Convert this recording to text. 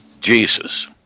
Jesus